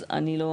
אז אני לא,